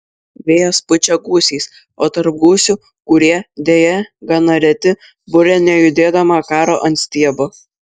vėjas pučia gūsiais o tarp gūsių kurie deja gana reti burė nejudėdama karo ant stiebo